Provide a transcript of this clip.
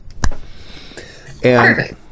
Perfect